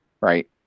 right